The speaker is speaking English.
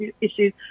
issues